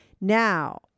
Now